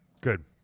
Good